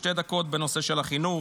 בנושא של החינוך.